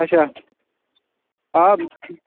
اچھا آ بِلکُل